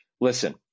listen